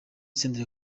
senderi